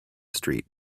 street